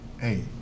Hey